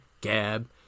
Gab